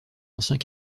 anciens